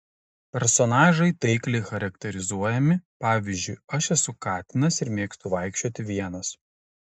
personažai taikliai charakterizuojami pavyzdžiui aš esu katinas ir mėgstu vaikščioti vienas